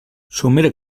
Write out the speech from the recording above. somera